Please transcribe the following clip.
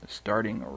starting